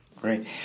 Great